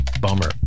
bummer